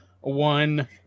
one